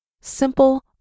simple